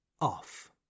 off